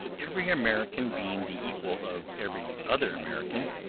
every american being the equal of every other american,